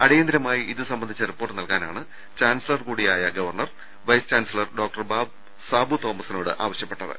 അടിയന്തരമായി ഇതു സംബന്ധിച്ച റിപ്പോർട്ട് നൽകാനാണ് ചാൻസലർ കൂടിയായ governor vice chancellor doctor Sabu തോമസിനോട് ആവശ്യപ്പെട്ടത്